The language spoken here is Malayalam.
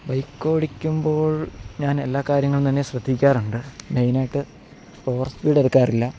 ബൈക്കോടിക്കുമ്പോൾ ഞാനെല്ലാ കാര്യങ്ങളുംതന്നെ ശ്രദ്ധിക്കാറുണ്ട് മെയ്നായിട്ട് ഓവർ സ്പീഡെടുക്കാറില്ല